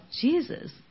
Jesus